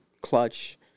clutch